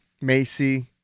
Macy